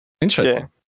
interesting